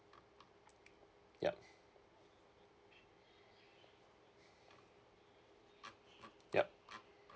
yup yup